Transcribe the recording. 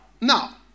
Now